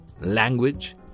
language